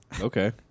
Okay